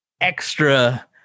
extra